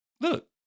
look